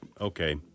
okay